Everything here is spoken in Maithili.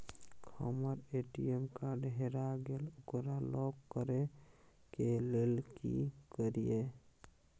हमर ए.टी.एम कार्ड हेरा गेल ओकरा लॉक करै के लेल की करियै?